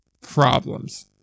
problems